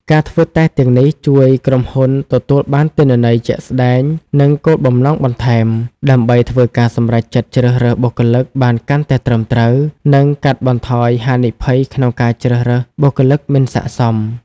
ការធ្វើតេស្តទាំងនេះជួយក្រុមហ៊ុនទទួលបានទិន្នន័យជាក់ស្តែង និងគោលបំណងបន្ថែម ដើម្បីធ្វើការសម្រេចចិត្តជ្រើសរើសបុគ្គលិកបានកាន់តែត្រឹមត្រូវ និងកាត់បន្ថយហានិភ័យក្នុងការជ្រើសរើសបុគ្គលិកមិនស័ក្តិសម។